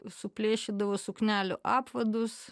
suplėšydavo suknelių apvadus